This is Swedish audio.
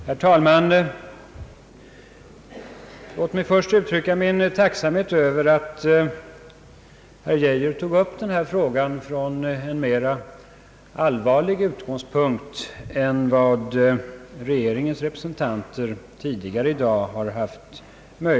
Herr talman! Låt mig först uttrycka min tacksamhet över att herr Geijer tog upp frågan om arbetslöshetsförsäkringen från en mer allvarlig utgångspunkt än vad regeringens representanter tidigare i dag har gjort.